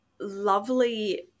lovely